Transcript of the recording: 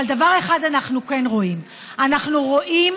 אבל דבר אחד אנחנו כן רואים, אנחנו רואים